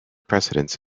precedence